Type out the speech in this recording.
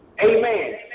Amen